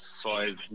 five